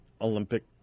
Olympic